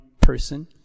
person